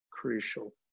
crucial